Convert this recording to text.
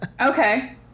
Okay